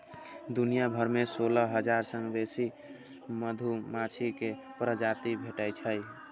दुनिया भरि मे सोलह हजार सं बेसी मधुमाछी के प्रजाति भेटै छै